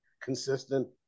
consistent